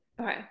Okay